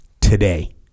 today